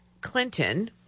Clinton